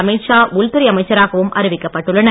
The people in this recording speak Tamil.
அமீத்ஷா உள்துறை அமைச்சராகவும் அறிவிக்கப்பட்டுள்ளனர்